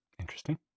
interesting